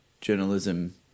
journalism